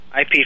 IP